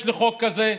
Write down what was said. יש לי חוק כזה.